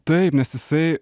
taip nes jisai